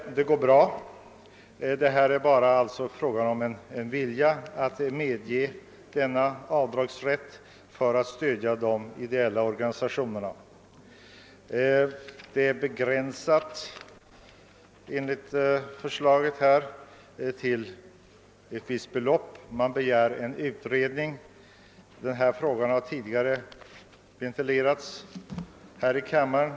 Systemet fungerar bra i dessa länder. Det är alltså bara fråga om en vilja att medge denna avdragsrätt för att stödja de ideella organisationerna. Enligt förslaget skall avdragsrätten begränsas till ett visst belopp, och reservanterna begär endast en utredning. Detta förslag har tidigare ventilerats i kammaren.